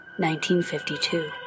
1952